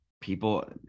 people